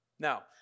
Now